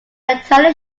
entirely